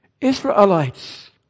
Israelites